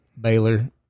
Baylor